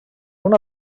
una